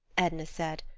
edna said,